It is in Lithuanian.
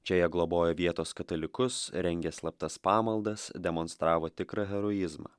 čia jie globojo vietos katalikus rengė slaptas pamaldas demonstravo tikrą heroizmą